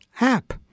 app